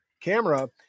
camera